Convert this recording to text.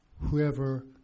Whoever